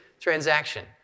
transaction